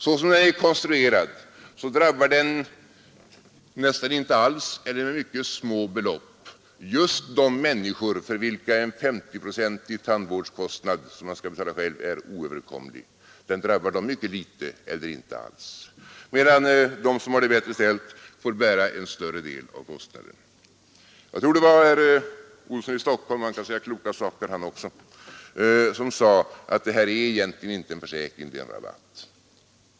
Såsom den är konstruerad drabbar den nästan inte alls eller med mycket små belopp just de människor för vilka en SO-procentig tandvårdskostnad, som man skall betala själv, är oöverkomlig, medan de som har det bättre ställt får bära en större del av kostnaden. Jag tror det var herr Olsson i Stockholm — han kan säga kloka saker han också — som sade att det system regeringen föreslår är egentligen inte en försäkring, det är en rabatt.